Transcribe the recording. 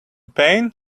pain